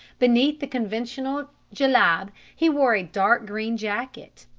beneath the conventional jellab he wore a dark green jacket,